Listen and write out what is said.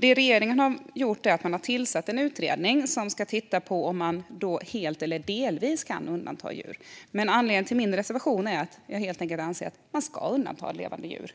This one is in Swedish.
Det regeringen har gjort är att man har tillsatt en utredning som ska titta på om man helt eller delvis kan undanta djur. Anledningen till min reservation är att jag anser att man helt enkelt ska undanta levande djur.